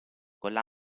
colla